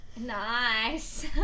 Nice